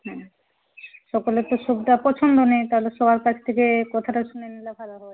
হ্যাঁ সকলের তো সুখটা পছন্দ নেই তালে সবার কাছে থেকে কথাটা শুনে নিলে ভালো হবে